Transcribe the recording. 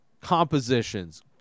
compositions